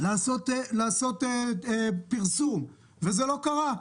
לעשות פרסום וזה לא קרה.